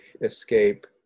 escape